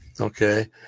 okay